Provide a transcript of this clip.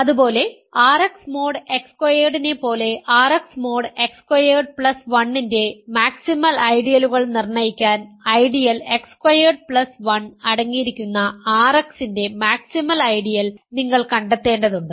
അതുപോലെ RX mod X സ്ക്വയർഡിനെ പോലെ RX mod X squared plus 1 ന്റെ മാക്സിമൽ ഐഡിയലുകൾ നിർണ്ണയിക്കാൻ ഐഡിയൽ X സ്ക്വയേർഡ് പ്ലസ് 1 അടങ്ങിയിരിക്കുന്ന RX ന്റെ മാക്സിമൽ ഐഡിയൽ നിങ്ങൾ കണ്ടെത്തേണ്ടതുണ്ട്